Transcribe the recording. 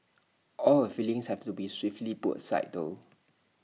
all her feelings have to be swiftly put aside though